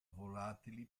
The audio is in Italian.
volatili